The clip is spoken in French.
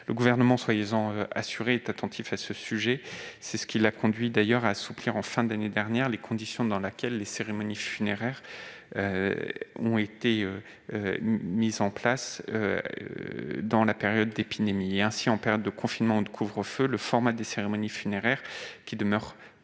Le Gouvernement est attentif à ce sujet ; c'est ce qui l'a d'ailleurs conduit à assouplir, en fin d'année dernière, les conditions dans lesquelles les cérémonies funéraires peuvent avoir lieu pendant la période d'épidémie. Ainsi, en période de confinement ou de couvre-feu, le format des cérémonies funéraires qui demeurent